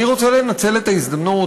אני רוצה לנצל את ההזדמנות,